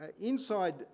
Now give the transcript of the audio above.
inside